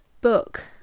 book